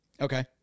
okay